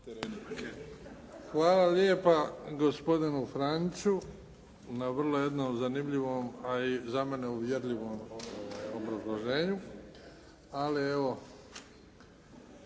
Hvala lijepa gospodinu Franiću na vrlo jednom zanimljivom a i za mene uvjerljivom obrazloženju. Ali evo